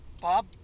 Bob